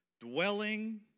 dwelling